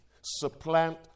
supplant